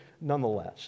nonetheless